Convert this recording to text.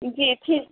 جی